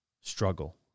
struggle